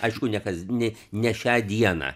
aišku nekasd ne ne šią dieną